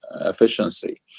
efficiency